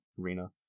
arena